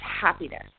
happiness